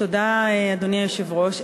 תודה, אדוני היושב-ראש.